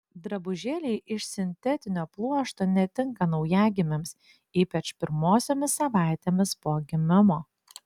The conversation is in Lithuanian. drabužėliai iš sintetinio pluošto netinka naujagimiams ypač pirmosiomis savaitėmis po gimimo